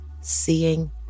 seeing